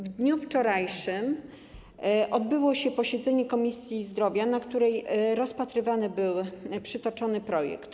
W dniu wczorajszym odbyło się posiedzenie Komisji Zdrowia, na którym rozpatrywany był przytoczony projekt.